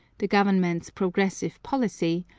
the government's progressive policy,